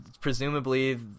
presumably